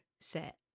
set